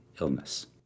illness